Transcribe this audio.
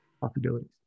possibilities